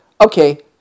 Okay